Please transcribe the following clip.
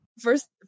First